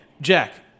Jack